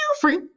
free